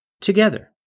together